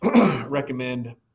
recommend